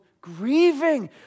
grieving